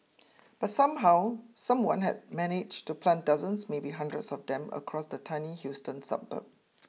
but somehow someone had managed to plant dozens maybe hundreds of them across the tiny Houston suburb